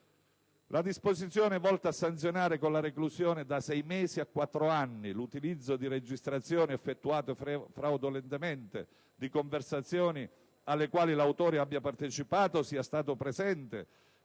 La disposizione volta a sanzionare con la reclusione da 6 mesi a 4 anni l'utilizzo di registrazioni (effettuate fraudolentemente) di conversazioni alle quali l'autore abbia partecipato o sia stato presente